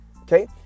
Okay